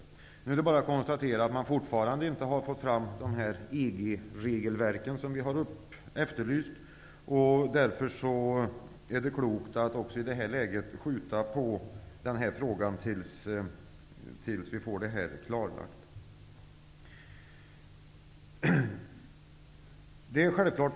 Nu är det bara att konstatera att man fortfarande inte har fått fram de EG-regelverk som vi har efterlyst. Det är därför klokt att i detta läge skjuta på avgörandet tills det hela blir klarlagt.